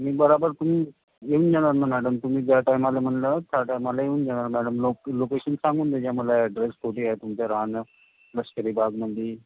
मी बराबर तुम्ही येऊन जाणार ना मॅडम तुम्ही ज्या टाईमाला म्हणलं त्या टाईमाला येऊन जाणार मॅडम लोउ लोकेशन सांगून द्याजा मला ॲड्रेस कोठे आहे तुमचं राहणं लष्करी बागमधे